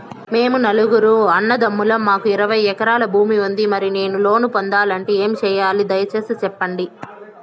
మేము నలుగురు అన్నదమ్ములం మాకు ఇరవై ఎకరాల భూమి ఉంది, మరి నేను లోను పొందాలంటే ఏమి సెయ్యాలి? దయసేసి సెప్పండి?